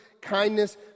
kindness